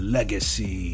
Legacy